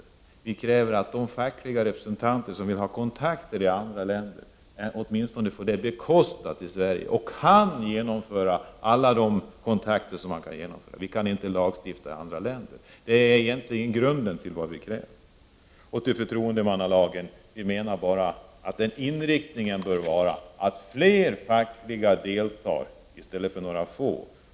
Men vi kräver att de fackliga representanter som vill ha kontakter i andra länder ges ekonomiska möjligheter att själva ta de kontakter som behövs. Vi kan ju inte gärna lagstifta i andra länder. Vad så gäller förtroendemannalagen menar vi att inriktningen bör vara att fler fackliga företrädare deltar i arbetet.